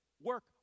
work